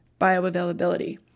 bioavailability